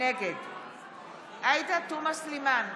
נגד עאידה תומא סלימאן,